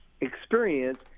experience